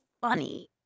funny